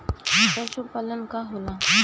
पशुपलन का होला?